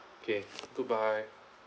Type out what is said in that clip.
okay goodbye